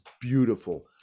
beautiful